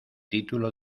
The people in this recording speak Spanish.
título